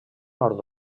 nord